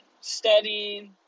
studying